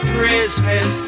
Christmas